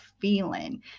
feeling